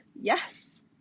Yes